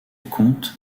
compte